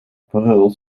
bril